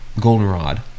Goldenrod